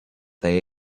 they